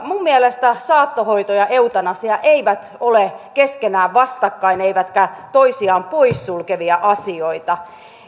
minun mielestäni saattohoito ja eutanasia eivät ole keskenään vastakkain eivätkä toisiaan pois sulkevia asioita